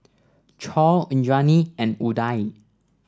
Choor Indranee and Udai